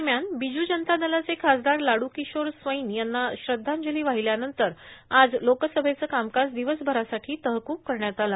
दरम्यान बिजू जनता दलाचे खासदार लाडूकिशोर स्वैन यांना श्रद्धांजली वाहिल्यानंतर आज लोकसभेचं कामकाज दिवसभरासाठी तहकूब करण्यात आलं